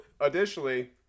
additionally